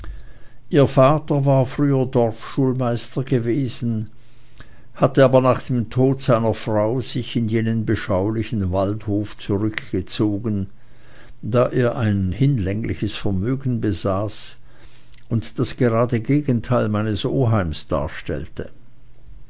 ihr vater war früher dorfschulmeister gewesen hatte aber nach dem tode seiner frau sich in jenen beschaulichen waldhof zurückgezogen da er ein hinlängliches vermögen besaß und das grade gegenteil meines oheims darstellte